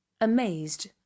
amazed